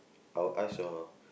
I will ask your